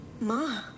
Ma